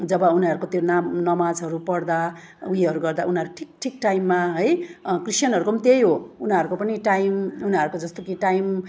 जब उनीहरूरको त्यो नाम् नमाजहरू पढ्दा उयोहरू गर्दा उनीहरू ठिक ठिक टाइममा है क्रिस्टियनहरूको पनि त्यही हो उनीहरूको पनि टाइम उनीहरूको जस्तो कि टाइम